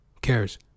cares